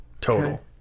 total